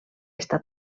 està